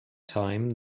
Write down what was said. time